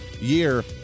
year